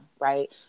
right